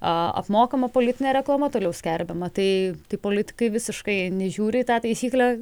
apmokama politine reklama toliau skelbiama tai tai politikai visiškai nežiūri į tą taisyklę